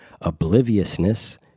obliviousness